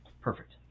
perfect